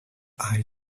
eye